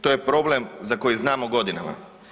To je problem za koji znamo godinama.